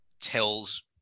tells